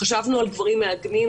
חשבנו על גברים מעגנים,